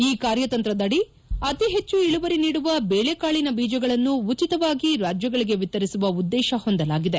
ಈ ಕಾರ್ಯತಂತ್ರದ ಅಡಿ ಅತಿಹೆಚ್ಚು ಇಳುವರಿ ನೀಡುವ ಬೇಳೆಕಾಳಿನ ಬೀಜಗಳನ್ನು ಉಚಿತವಾಗಿ ರಾಜ್ಲಗಳಿಗೆ ವಿತರಿಸುವ ಉದ್ದೇಶ ಹೊಂದಲಾಗಿದೆ